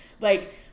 Like-